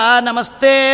Namaste